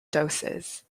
doses